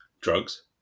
drugs